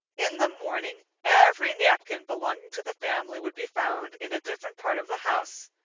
in the morning every napkin belonging to the family would be found in a different part of the house,